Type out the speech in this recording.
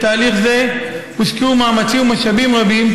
בתהליך זה הושקעו מאמצים ומשאבים רבים,